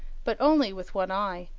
but only with one eye,